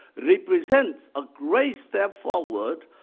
represents a great step forward,